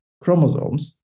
chromosomes